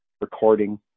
recording